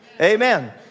Amen